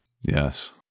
Yes